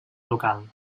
local